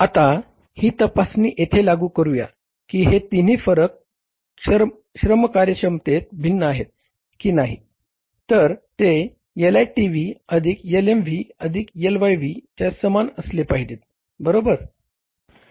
आता ही तपासणी इथे लागू करूया की हे तिन्ही फरक श्रम कार्यक्षमतेत भिन्न आहेत की नाही तर ते LITV अधिक LMV अधिक LYV च्या समान असले पाहिजे बरोबर